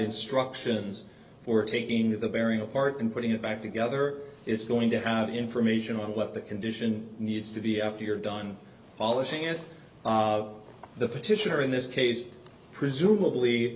instructions we're taking the bearing apart and putting it back together it's going to have information on what the condition needs to be after you're done polishing it the petitioner in this case presumably